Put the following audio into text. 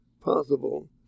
possible